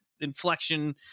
inflection